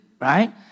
right